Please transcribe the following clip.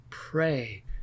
pray